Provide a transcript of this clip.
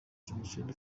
jenoside